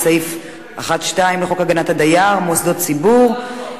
סעיף 1(2) לחוק הגנת הדייר (מוסדות ציבור),